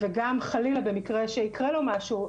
וגם חלילה במקרה שיקרה לו משהו,